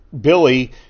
Billy